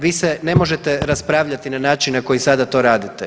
Vi se ne možete raspravljati na način na koji sada to radite.